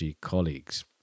colleagues